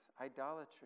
idolatry